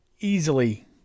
easily